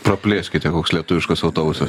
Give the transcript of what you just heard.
praplėskite koks lietuviškas autobusas